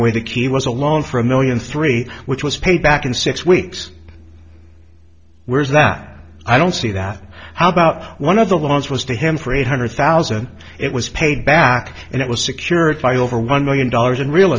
away the key was a loan for a million three which was paid back in six weeks where is that i don't see that how about one of the loans was to him for eight hundred thousand it was paid back and it was secured by over one million dollars in real